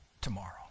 tomorrow